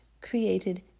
created